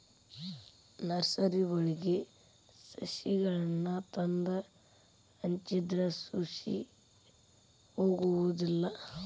ನರ್ಸರಿವಳಗಿ ಸಸಿಗಳನ್ನಾ ತಂದ ಹಚ್ಚಿದ್ರ ಹುಸಿ ಹೊಗುದಿಲ್ಲಾ